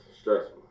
stressful